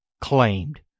claimed